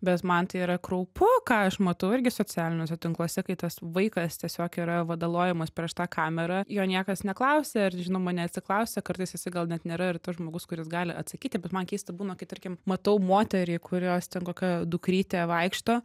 bet man tai yra kraupu ką aš matau irgi socialiniuose tinkluose kai tas vaikas tiesiog yra vadalojamas prieš tą kamerą jo niekas neklausia ir žinoma neatsiklausia kartais jisai gal net nėra ir tas žmogus kuris gali atsakyti bet man keista būna kai tarkim matau moterį kurios ten kokia dukrytė vaikšto